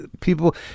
people